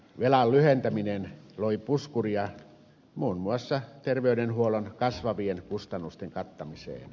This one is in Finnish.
velan lyhentäminen loi puskuria muun muassa terveydenhuollon kasvavien kustannusten kattamiseen